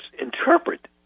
interpret